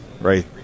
right